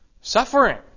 suffering